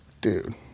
dude